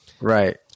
Right